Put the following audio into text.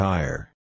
Tire